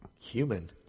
human